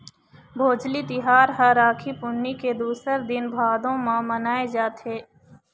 भोजली तिहार ह राखी पुन्नी के दूसर दिन भादो म मनाए जाथे